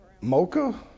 mocha